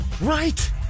Right